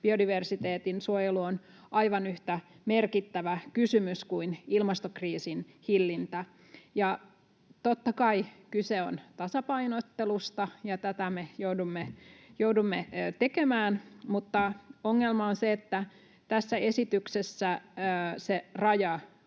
biodiversiteetin suojelu on aivan yhtä merkittävä kysymys kuin ilmastokriisin hillintä. Totta kai kyse on tasapainottelusta, ja tätä me joudumme tekemään. Mutta ongelma on se, että tässä esityksessä sen rajan